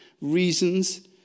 reasons